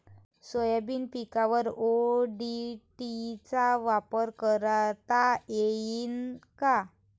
Soybean पिकावर ODT चा वापर करता येईन का?